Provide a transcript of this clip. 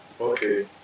Okay